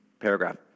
paragraph